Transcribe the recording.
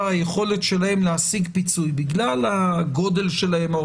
זאת היכולת שלהם להשיג פיצוי בגלל הגודל שלהם,